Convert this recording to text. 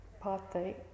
parte